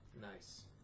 Nice